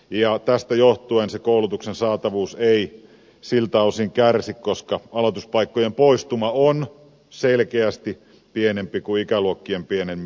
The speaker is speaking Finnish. tästä johtuen se koulutuksen saatavuus ei siltä osin kärsi koska aloituspaikkojen poistuma on selkeästi pienempi kuin ikäluokkien pieneneminen